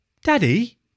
Daddy